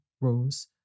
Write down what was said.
Rose